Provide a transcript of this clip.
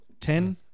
Ten